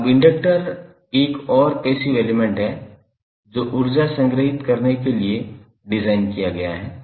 अब इंडक्टर एक और पैसिव एलिमेंट है जो ऊर्जा संग्रहीत करने के लिए के लिए डिज़ाइन किया गया है